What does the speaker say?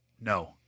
No